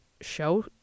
show